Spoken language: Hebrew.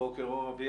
בוקר אור.